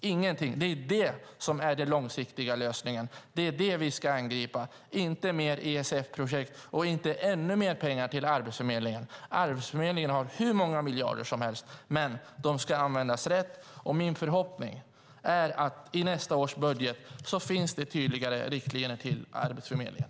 Det är detta som är den långsiktiga lösningen. Det är vad vi ska angripa. Det handlar inte om mer ESF-projekt och ännu mer pengar till Arbetsförmedlingen. Arbetsförmedlingen har hur många miljarder som helst. Men de ska användas rätt. Min förhoppning är att i nästa års budget finns det tydligare riktlinjer till Arbetsförmedlingen.